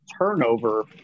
turnover